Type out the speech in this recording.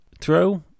throw